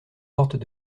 portes